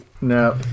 No